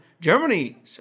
Germany